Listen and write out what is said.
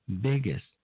biggest